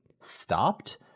stopped